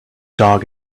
dog